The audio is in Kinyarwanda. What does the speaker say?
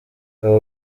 aba